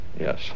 Yes